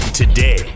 Today